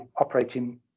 operating